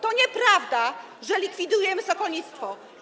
To nieprawda, że likwidujemy sokolnictwo.